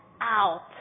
out